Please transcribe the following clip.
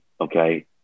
okay